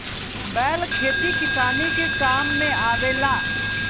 बैल खेती किसानी के काम में आवेला